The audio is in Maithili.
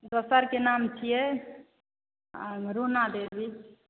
दोसरके नाम छियै आ रुना देवी